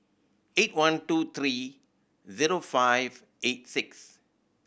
eight one two three zero five eight six